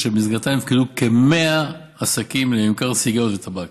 שבמסגרתה נפקדו כ-100 עסקים לממכר סיגריות וטבק.